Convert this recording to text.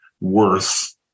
worth